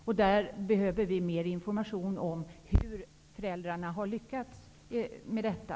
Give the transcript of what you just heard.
Vi behöver mer information om hur föräldrarna har lyckats med detta.